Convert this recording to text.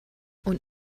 und